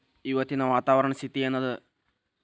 ಇವತ್ತಿನ ವಾತಾವರಣ ಸ್ಥಿತಿ ಏನ್ ಅದ?